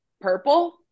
purple